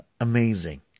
Amazing